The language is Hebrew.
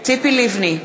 ציפי לבני,